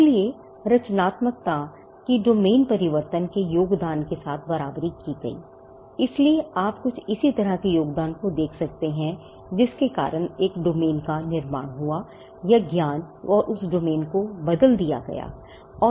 इसलिए रचनात्मकता की डोमेन परिवर्तन के योगदान के साथ बराबरी की गई है इसलिए आप कुछ इसी तरह के योगदान को देख सकते हैं जिसके कारण एक डोमेन का निर्माण हुआ या ज्ञान या उस डोमेन को बदल दिया गया और